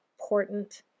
important